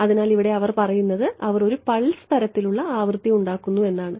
അതിനാൽ ഇവിടെ അവർ പറയുന്നത് അവർ ഒരു പൾസ് തരത്തിലുള്ള ആവൃത്തി ഉണ്ടാക്കുന്നു എന്നാണ്